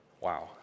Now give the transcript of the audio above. Wow